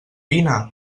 vine